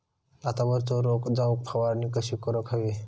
भातावरचो रोग जाऊक फवारणी कशी करूक हवी?